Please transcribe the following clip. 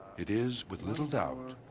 it is, with little doubt,